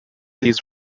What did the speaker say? these